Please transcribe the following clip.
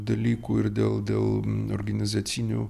dalykų ir dėl dėl organizacinių